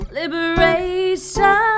liberation